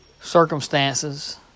circumstances